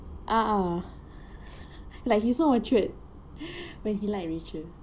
ah ah like he's so matured when he like rachel